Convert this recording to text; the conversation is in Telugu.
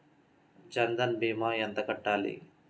జన్ధన్ భీమా ఎంత కట్టాలి?